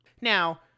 now